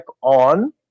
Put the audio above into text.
on